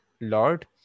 Lord